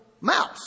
mouse